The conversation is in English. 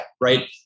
right